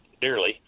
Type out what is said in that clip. dearly